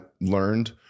learned